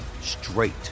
straight